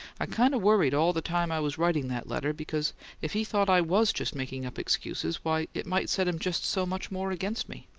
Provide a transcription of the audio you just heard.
i kind of worried all the time i was writing that letter, because if he thought i was just making up excuses, why, it might set him just so much more against me.